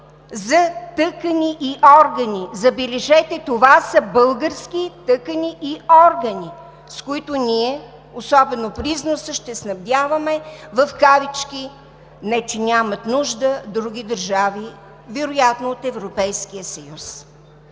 за тъкани и органи. Забележете, това са български тъкани и органи, с които ние, особено при износа, ще снабдяваме в кавички – не че нямат нужда, други държави, вероятно от Европейския съюз.